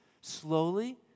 slowly